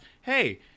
hey